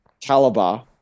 caliber